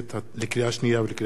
לקריאה שנייה ולקריאה שלישית,